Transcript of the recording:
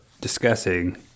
discussing